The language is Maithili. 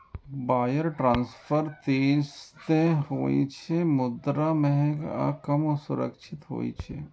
वायर ट्रांसफर तेज तं होइ छै, मुदा महग आ कम सुरक्षित होइ छै